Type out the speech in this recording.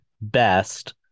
best